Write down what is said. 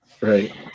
right